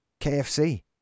KFC